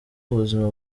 ubuzima